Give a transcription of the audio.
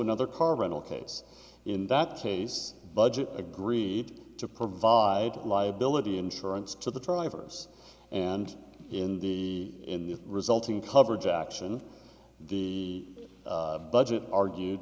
another car rental case in that case budget agreed to provide liability insurance to the trial for us and in the in the resulting coverage action the budget argued